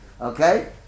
Okay